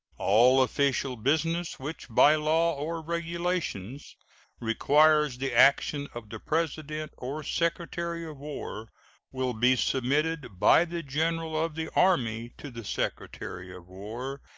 all official business which by law or regulations requires the action of the president or secretary of war will be submitted by the general of the army to the secretary of war,